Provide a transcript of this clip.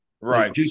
Right